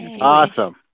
Awesome